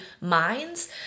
minds